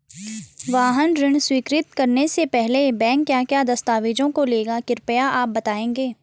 वाहन ऋण स्वीकृति करने से पहले बैंक क्या क्या दस्तावेज़ों को लेगा कृपया आप बताएँगे?